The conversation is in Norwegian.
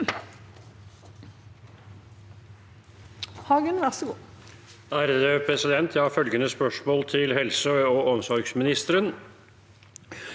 Jeg har følgende spørsmål til helse- og omsorgsministeren: